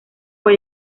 fue